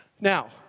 Now